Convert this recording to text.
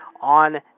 on